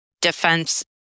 defense